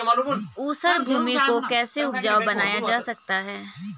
ऊसर भूमि को कैसे उपजाऊ बनाया जा सकता है?